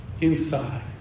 inside